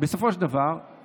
בסופו של דבר,